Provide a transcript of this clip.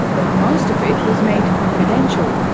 but most of it was made confidential,